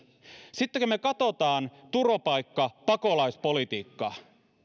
sitten kun me katsomme turvapaikka ja pakolaispolitiikkaa